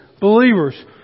believers